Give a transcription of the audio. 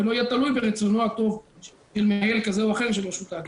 ולא יהיה תלוי ברצונו הטוב של מנהל כזה או אחר של רשות ההגירה.